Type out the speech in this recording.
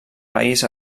país